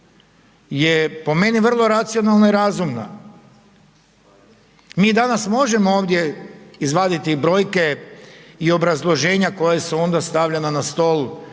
je po meni vrlo racionalna i razumna. Mi danas možemo ovdje izvaditi brojke i obrazloženja koja su onda stavljena na stol